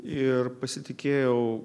ir pasitikėjau